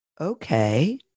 Okay